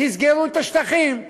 תסגרו את השטחים,